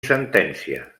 sentència